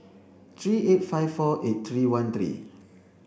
three eight five four eight three one three